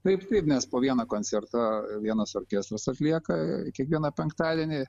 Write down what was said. taip taip nes po vieną koncertą vienas orkestras atlieka kiekvieną penktadienį